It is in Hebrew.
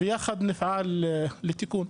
וביחד נפעל לתיקון.